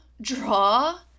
draw